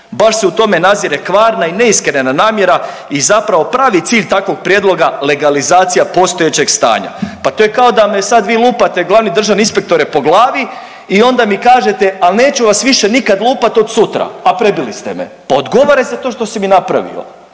Baš se u tome nadzire kvarna i neiskrena namjera i zapravo pravi cilj takvog prijedloga legalizacija postojećeg stanja. Pa to je kao da me sad vi lupate glavni državni inspektore po glavi i onda mi kažete al neću vas više nikad lupat od sutra, a prebili ste me, pa odgovaraj za to što si mi napravio,